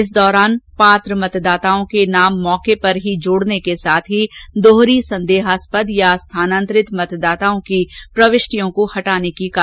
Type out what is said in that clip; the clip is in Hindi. इस दौरान पात्र मतदाताओं के नाम मौके पर जोड़ने के साथ ही दोहरी संदेहास्पद या स्थानान्तरित मतदाताओं की प्रविष्टियों को हटाने की कार्यवाही की गई